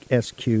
SQ